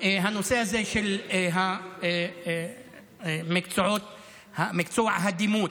הנושא של מקצוע הדימות.